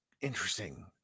interesting